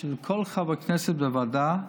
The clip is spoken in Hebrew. שלכל חבר כנסת בוועדה,